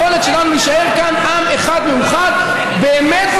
וכמובן לא להיכנס בכלל לתוך המעגל הזה ולהימנע מכל הרכש הזה